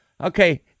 Okay